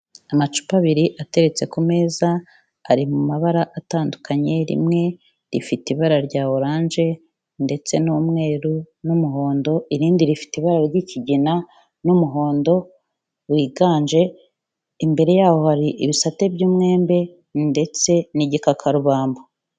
Amacupa abiri ateretse ku meza, ari mu mabara atandukanye, rimwe rifite ibara rya oranje ndetse n'umweru n'umuhondo, irindi rifite ibara ry'ikigina, n'umuhondo wiganje, imbere yaho hari ibisate by'umwembe, ndetse n'igikakarubamba.